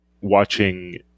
watching